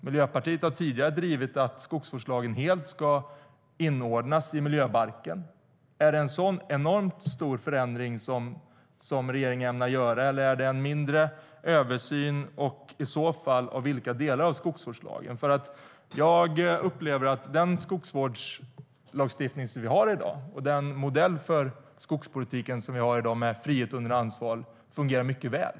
Miljöpartiet har tidigare drivit att skogsvårdslagen helt ska inordnas i miljöbalken. Är det en sådan stor förändring som regeringen ämnar göra, eller är det en mindre översyn, och vilka delar av skogsvårdslagen ska i så fall ses över? Den skogsvårdslagstiftning som vi har i dag och modellen för skogspolitiken med frihet under ansvar fungerar mycket väl.